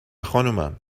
خانومم